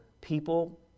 people